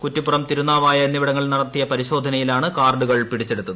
കുറ്റിപ്പുറം തിരുന്നാവായ എന്നിവിടങ്ങളിൽ നടത്തിയ പരിശോധനയിലാണ് കാർഡുകൾ പിടിച്ചെടുത്തത്